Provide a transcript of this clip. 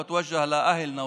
(אומר דברים בשפה הערבית,